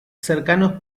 cercanos